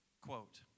quote